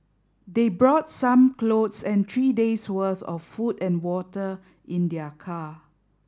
they brought some clothes and three days' worth of food and water in their car